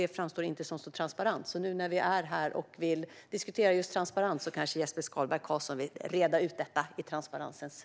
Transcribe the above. Detta framstår inte som så transparent. När vi nu är här och diskuterar transparens kanske Jesper Skalberg Karlsson, i transparensens anda, vill reda ut detta.